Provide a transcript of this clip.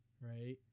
right